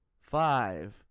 five